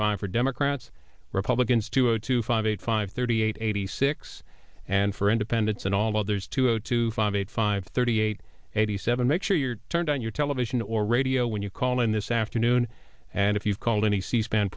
five for democrats republicans two zero two five eight five thirty eight eighty six and for independents and all others two zero two five eight five thirty eight eighty seven make sure you're turned on your television or radio when you call in this afternoon and if you've called any c span